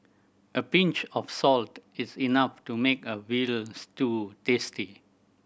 a pinch of salt is enough to make a veal stew tasty